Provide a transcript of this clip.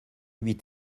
huit